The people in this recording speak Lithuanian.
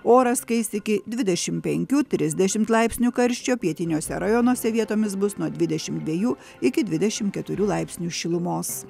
oras kais iki dvidešimt penkių trisdešimt laipsnių karščio pietiniuose rajonuose vietomis bus nuo dvidešimt dviejų iki dvidešimt keturių laipsnių šilumos